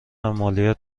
مالیات